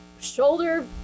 Shoulder